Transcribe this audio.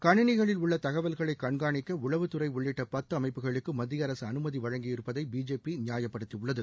கணினிகளில் உள்ள தகவல்களை கண்காணிக்க உளவுத்துறை உள்ளிட்ட பத்து அமைப்புகளுக்கு மத்திய அரசு அனுமதி வழங்கியிருப்பதை பிஜேபி நியாயப்படுத்தியுள்ளது